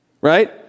right